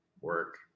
work